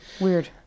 Weird